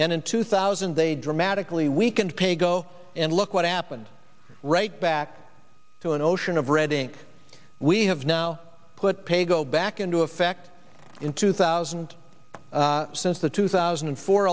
and in two thousand they dramatically weakened paygo and look what happened right back to an ocean of red ink we have now put pay go back into effect in two thousand since the two thousand and four